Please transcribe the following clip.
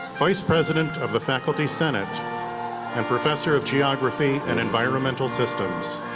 vice president of the faculty senate and professor of geography and environmental systems.